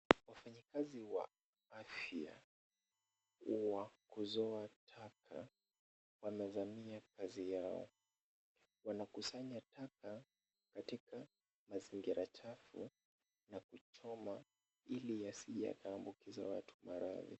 Wafanyikazi wa afya wa kuzoa taka wamezamia kazi yao. Wanakusanya taka katika mazingira chafu na kuchoma ili yasije yakaambukiza watu maradhi.